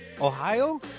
Ohio